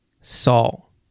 Saul